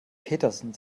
petersen